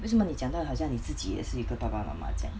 为什么你讲到好像你自己也是一个爸爸妈妈这样